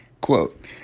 Quote